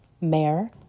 mayor